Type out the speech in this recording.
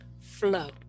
Flow